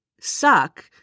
suck